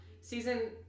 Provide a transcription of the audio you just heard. Season